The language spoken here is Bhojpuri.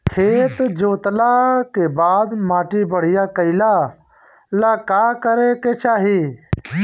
खेत जोतला के बाद माटी बढ़िया कइला ला का करे के चाही?